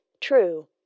true